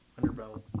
underbelly